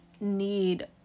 need